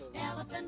elephant